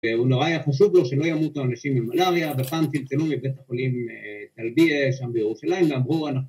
והוא נורא היה חשוב לו שלא ימות לו אנשים עם מלאריה ופעם צלצלו מבית החולים טלביה שם בירושלים ואמרו